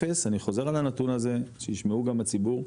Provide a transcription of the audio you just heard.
אפס אני חוזר על הנתון הזה שיישמעו גם הציבור,